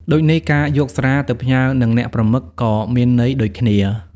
ដូចនេះ ការយកស្រាទៅផ្ញើនឹងអ្នកប្រមឹកក៏មានន័យដូចគ្នា ។